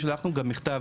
שלחנו גם מכתב,